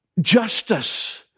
justice